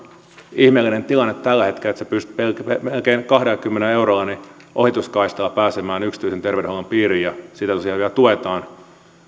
ihmeellinen tilanne tällä hetkellä että sinä pystyt melkein kahdellakymmenellä eurolla ohituskaistalla pääsemään yksityisen terveydenhuollon piiriin ja vielä tosiaan tuetaan